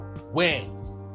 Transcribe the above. win